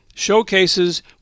Showcases